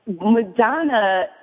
Madonna